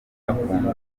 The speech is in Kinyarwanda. akunda